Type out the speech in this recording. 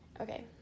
Okay